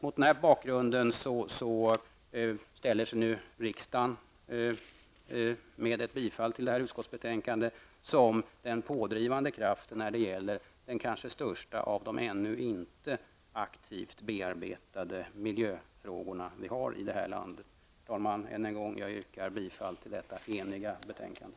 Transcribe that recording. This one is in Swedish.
Mot den bakgrunden gör sig nu riksdagen, med ett bifall till utskottets hemställan i det här utskottsbetänkandet, till den pådrivande kraften när det gäller den kanske största av de ännu inte aktivt bearbetade miljöfrågor som vi har här i landet. Herr talman! Jag yrkar än en gång bifall till utskottets hemställan i detta enhälliga betänkande.